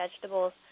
Vegetables